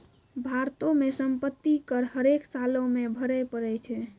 भारतो मे सम्पति कर हरेक सालो मे भरे पड़ै छै